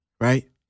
right